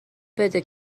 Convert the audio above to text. بده